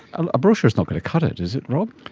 a brochure is not going to cut it, is it, rob?